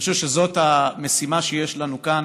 אני חושב שזאת המשימה שיש לנו כאן,